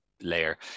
Layer